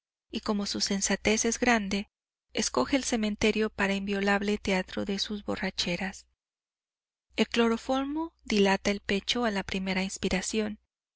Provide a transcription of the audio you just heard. y como su sensatez es grande escoge el cementerio para inviolable teatro de sus borracheras el cloroformo dilata el pecho a la primera inspiración